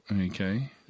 okay